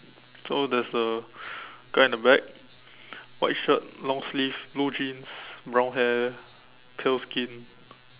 so there's a guy in the back white shirt long sleeve blue jeans brown hair pale skin